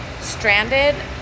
stranded